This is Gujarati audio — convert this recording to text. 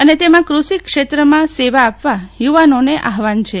અને તેમાં કૃષિ ક્ષેત્રમાં સેવા આપવા યુવાનોને આહવાન છે